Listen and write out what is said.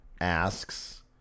asks